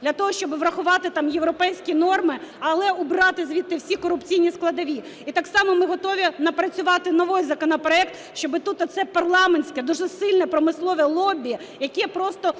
для того, щоб врахувати там європейські норми, але убрати звідти всі корупційні складові. І так само ми готові напрацювати новий законопроект, щоб тут оце парламентське дуже сильне промислове лобі, яке просто